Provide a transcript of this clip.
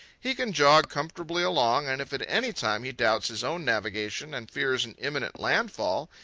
he can jog comfortably along, and if at any time he doubts his own navigation and fears an imminent landfall,